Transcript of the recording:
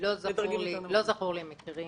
לא זכורים לי מקרים